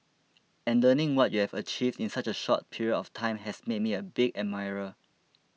and learning what you have achieved in such a short period of time has made me a big admirer